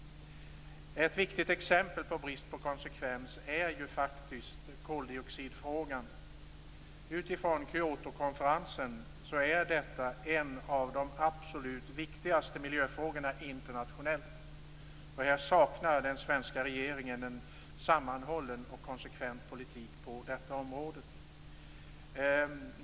Ett viktigt exempel på brist på konsekvens är koldioxidfrågan. Utifrån Kyotokonferensen är detta en av de absolut viktigaste miljöfrågorna internationellt. Här saknar den svenska regeringen en sammanhållen och konsekvent politik.